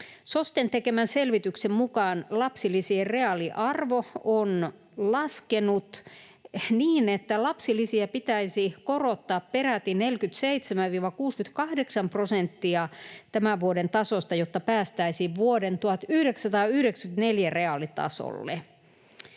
SOSTEn tekemän selvityksen mukaan lapsilisien reaaliarvo on laskenut niin, että lapsilisiä pitäisi korottaa peräti 47—68 prosenttia tämän vuoden tasosta, jotta päästäisiin vuoden 1994 reaalitasolle.